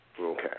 Okay